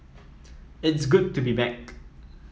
it's good to be back